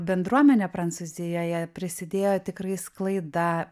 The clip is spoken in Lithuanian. bendruomenė prancūzijoje prisidėjo tikrai sklaida